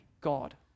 God